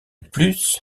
plus